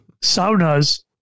Saunas